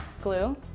glue